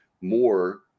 More